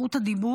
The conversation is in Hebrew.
בזכות הדיבור,